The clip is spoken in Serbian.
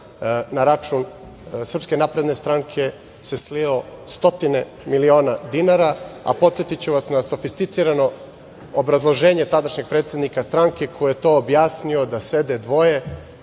na račun SNS se slilo stotine miliona dinara, a podsetiću vas na sofisticirano obrazloženje tadašnjeg predsednika stranke koji je to objasnio da sede dvoje,